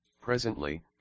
presently